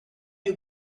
you